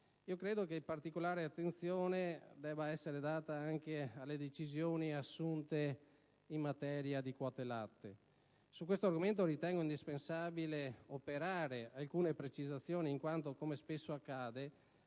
Credo che particolare attenzione debba essere rivolta anche alle decisioni assunte in materia di quote latte. Su questo argomento ritengo indispensabile operare alcune precisazioni in quanto, come spesso accade,